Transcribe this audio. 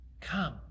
come